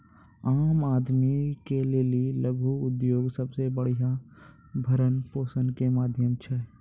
आम आदमी के लेली लघु उद्योग सबसे बढ़िया भरण पोषण के माध्यम छै